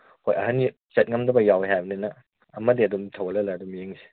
ꯍꯣꯏ ꯑꯍꯥꯟ ꯆꯠ ꯉꯝꯗꯕ ꯌꯥꯎꯋꯦ ꯍꯥꯏꯕꯅꯤꯅ ꯑꯃꯗꯤ ꯑꯗꯨꯝ ꯊꯧꯒꯠꯍꯟꯂꯒ ꯌꯦꯡꯉꯁꯤ